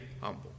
humble